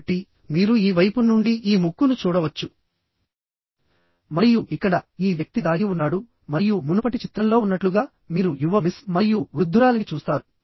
కాబట్టి మీరు ఈ వైపు నుండి ఈ ముక్కును చూడవచ్చు మరియు ఇక్కడ ఈ వ్యక్తి దాగి ఉన్నాడు మరియు మునుపటి చిత్రంలో ఉన్నట్లుగా మీరు యువ మిస్ మరియు వృద్ధురాలిని చూస్తారు